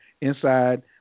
inside